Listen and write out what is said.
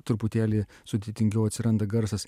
truputėlį sudėtingiau atsiranda garsas